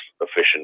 efficient